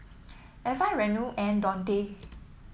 Eva Reno and Dontae